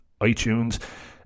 iTunes